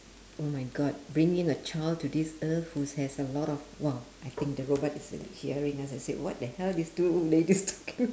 oh my god bringing a child to this earth whose has a lot of !wow! I think the robot is hearing us and say what the hell these two ladies talking